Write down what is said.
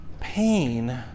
Pain